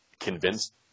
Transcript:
convinced